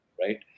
Right